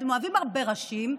אתם אוהבים הרבה ראשים,